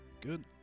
good